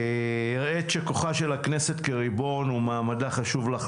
הראית שכוחה של הכנסת כריבון ומעמדה חשוב לך